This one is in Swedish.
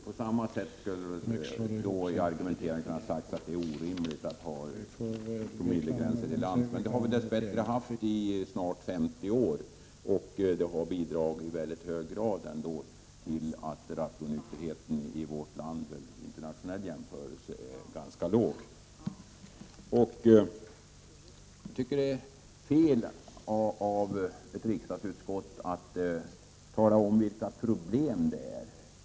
På motsvarande sätt skulle man då kunna säga att det är orimligt att ha promillegränser till lands. Men sådana har vi ju — dess bättre — haft i snart 50 år, och de har i väldigt hög grad bidragit till att rattonykterheten i vårt land vid en internationell jämförelse är ganska ringa. Det är fel av ett riksdagsutskott att främst tala om vilka de praktiska problemen är.